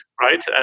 right